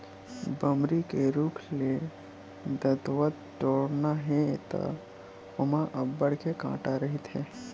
बमरी के रूख ले दतवत टोरना हे त ओमा अब्बड़ के कांटा रहिथे